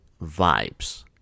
vibes